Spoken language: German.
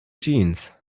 jeans